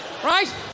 right